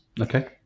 Okay